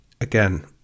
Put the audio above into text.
again